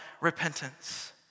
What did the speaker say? repentance